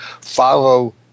follow